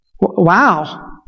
wow